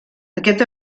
aquest